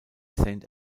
saint